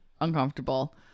uncomfortable